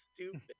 Stupid